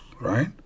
right